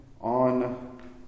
on